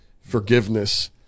forgiveness